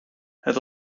het